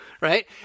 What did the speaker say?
right